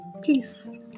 Peace